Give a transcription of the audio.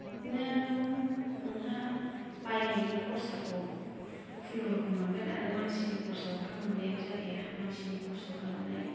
बिदिनो नोंहा बायनायनि खरसाखौ खुनुरखम मोनगोन आरो मानसिनि खरसाखौथ' मोननायानो जाखाया मानसिनि खस्त' खालामनाय